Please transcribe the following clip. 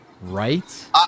right